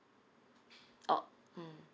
oh mm